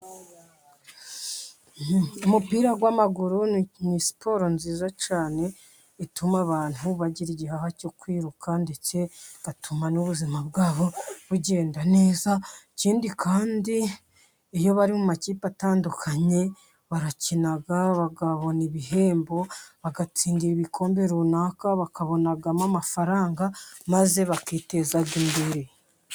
Umupira w'amaguru ni siporro nziza cyane, ituma abantu bagira igihaha cyo kwiruka ndetse batuma n'ubuzima bwabo bugenda neza, ikindi kandi iyo bari mu makipe atandukanye barakina bakabona ibihembo, bagatsindira ibikombe runaka bakabonamo amafaranga maze bakiteza imbere.